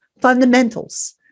Fundamentals